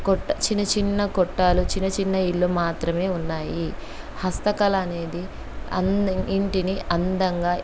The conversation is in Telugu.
కొట్ట చిన్న చిన్న కొట్టాలు చిన్న చిన్న ఇల్లు మాత్రమే ఉన్నాయి హస్తకళ అనేది అంద ఇంటిని అందంగా